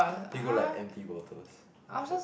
then you go like empty bottles I was like